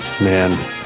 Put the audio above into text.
Man